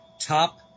top